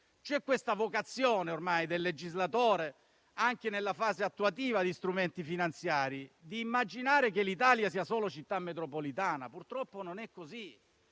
ormai la vocazione del legislatore, anche nella fase attuativa di strumenti finanziari, di immaginare che l'Italia sia solo città metropolitana; purtroppo non è così.